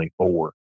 24